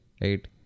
right